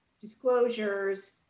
disclosures